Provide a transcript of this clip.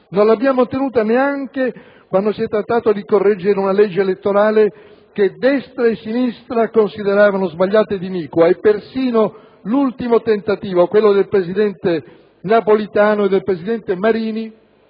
non l'abbiamo ottenuta neanche quando si è trattato di correggere una legge elettorale che destra e sinistra consideravano sbagliata ed iniqua. Persino l'ultimo tentativo, quello del presidente Napolitano e del presidente Marini,